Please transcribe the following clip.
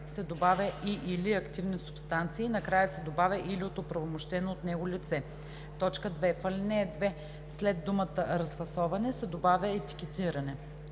се добавя „и/или активни субстанции“ и накрая се добавя „или от оправомощено от него лице“. 2. В ал. 2 след думата „разфасоване“ се добавя „етикетиране“.